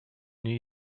new